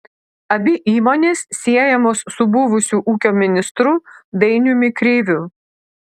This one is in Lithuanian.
abi įmonės siejamos su buvusiu ūkio ministru dainiumi kreiviu